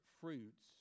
fruits